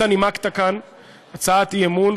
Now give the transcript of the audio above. אתה נימקת כאן הצעת אי-אמון,